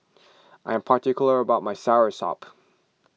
I am particular about my Soursop